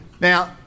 Now